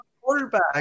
quarterback